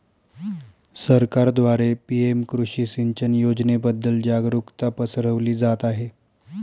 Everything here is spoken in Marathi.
सरकारद्वारे पी.एम कृषी सिंचन योजनेबद्दल जागरुकता पसरवली जात आहे